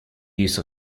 use